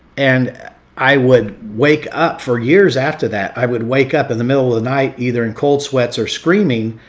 and i would wake up for years after that, i would wake up in the middle of the night either in cold sweats or screaming,